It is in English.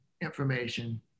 information